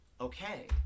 Okay